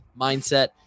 mindset